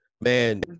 Man